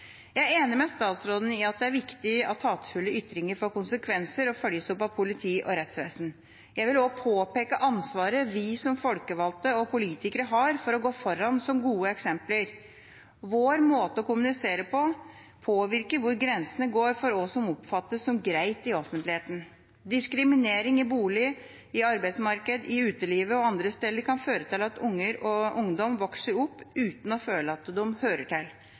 Jeg er enig med statsråden i at det er viktig at hatefulle ytringer får konsekvenser og følges opp av politi og rettsvesen. Jeg vil også påpeke ansvaret vi som folkevalgte og politikere har for å gå foran som gode eksempler. Vår måte å kommunisere på påvirker hvor grensene går for hva som oppfattes som greit i offentligheten. Diskriminering i boligmarkedet, i arbeidsmarkedet, i utelivet og andre steder kan føre til at barn og ungdom vokser opp uten å føle at de hører til.